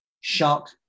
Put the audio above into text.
shark